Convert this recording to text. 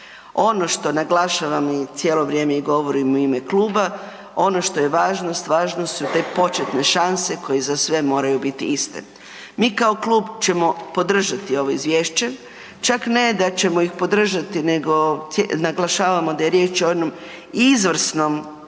Ono što naglašavam cijelo vrijeme i govorim u ime kluba, ono što je važno, važne su te početne šanse koje za sve moraju biti iste. Mi kao klub ćemo podržati ovo Izvješće. Čak ne da ćemo ih podržati nego naglašavamo da je riječ o jednom izvrsnom dokumentu.